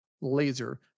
laser